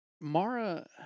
Mara